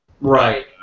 Right